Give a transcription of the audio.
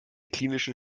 klinischen